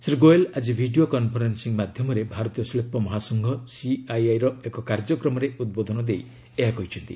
ଶ୍ରୀ ଗୋଏଲ୍ ଆଜି video conferencing ମାଧ୍ୟମରେ ଭାରତୀୟ ଶିଳ୍ପ ମହାସଂଘ ସିଆଇଆଇର ଏକ କାର୍ଯ୍ୟକ୍ରମରେ ଉଦ୍ବୋଧନ ଦେଇ ଏହା କହିଛନ୍ତି